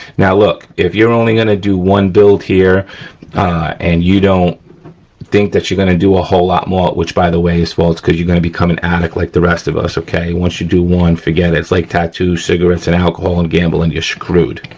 now look, if you're only gonna do one build here and you don't think that you're gonna do a whole lot more which, by the way, is false cause you're gonna become an addict like the rest of us, okay, once you do one, forget it. it's like tattoos, cigarettes, and alcohol, and gambling, you're screwed,